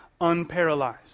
unparalyzed